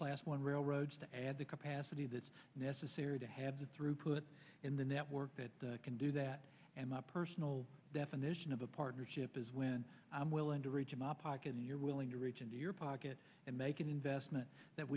class one railroads the capacity that's necessary to have the throughput in the network that can do that and my personal definition of a partnership is when i'm willing to reach my pocket and you're willing to reach into your pocket and make an investment that